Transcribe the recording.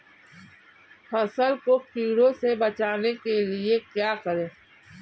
फसल को कीड़ों से बचाने के लिए क्या करें?